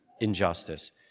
injustice